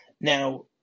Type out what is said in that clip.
Now